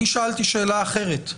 אני שאלתי שאלה אחרת.